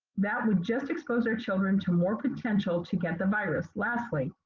that would just expose our children to more potential to get the virus, lastly,